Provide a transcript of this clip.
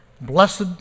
Blessed